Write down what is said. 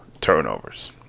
turnovers